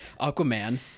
Aquaman